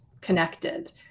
connected